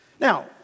Now